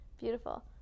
Beautiful